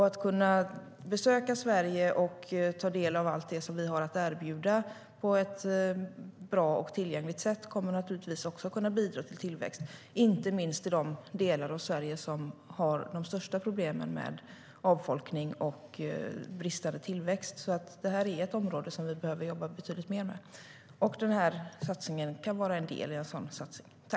Att kunna besöka Sverige och ta del av allt vi har att erbjuda på ett bra och tillgängligt sätt kommer naturligtvis också att bidra till tillväxt, inte minst i de delar av Sverige som har de största problemen med avfolkning och bristande tillväxt. Det här är alltså ett område som vi behöver arbeta betydligt mer med, och den här satsningen kan vara en del i ett sådant arbete.